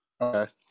Okay